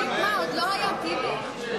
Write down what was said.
סגני יושב-ראש הכנסת מצביעים אתנו.